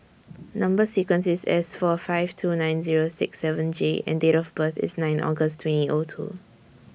Number sequence IS S four five two nine Zero six seven J and Date of birth IS nine August twenty O two